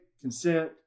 Consent